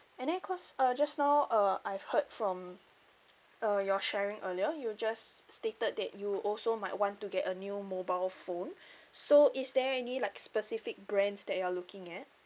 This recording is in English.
and then cause uh just now uh I've heard from uh your sharing earlier you just stated that you also might want to get a new mobile phone so is there any like specific brands that you're looking at